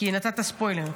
כי נתת ספוילר.